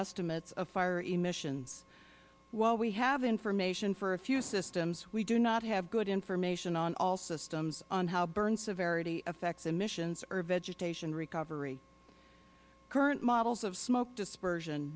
estimates of fire emissions while we have information for a few systems we do not have good information on all systems of how burn severity affects emissions or vegetation recovery current models of smoke dispersion